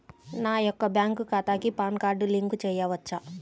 నా యొక్క బ్యాంక్ ఖాతాకి పాన్ కార్డ్ లింక్ చేయవచ్చా?